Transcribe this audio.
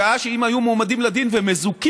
בשעה שאם היו מועמדים לדין ומזוכים